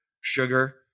Sugar